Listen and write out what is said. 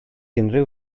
unrhyw